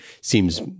seems